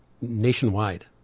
nationwide